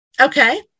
Okay